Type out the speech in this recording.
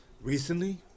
Recently